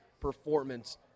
performance